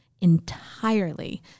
entirely